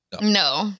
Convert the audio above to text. No